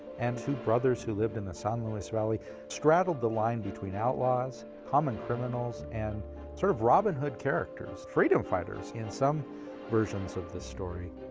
and two brothers who lived in the san luis valley straddled the line between outlaws, common criminals and sort of robin hood characters freedom fighters in some versions of this story.